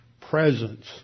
presence